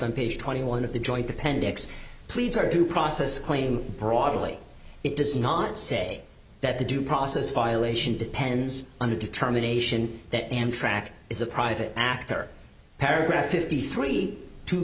on page twenty one of the joint appendix pleads our due process claim broadly it does not say that the due process violation depends on a determination that amtrak is a private actor paragraph fifty three to